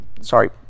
Sorry